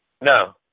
No